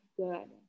good